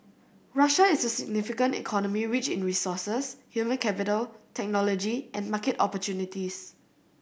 Russia is a significant economy rich in resources human capital technology and market opportunities